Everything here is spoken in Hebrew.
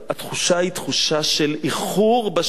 התחושה היא תחושה של איחור בשעה,